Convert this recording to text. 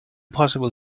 possible